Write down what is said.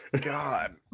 God